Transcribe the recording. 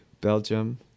Belgium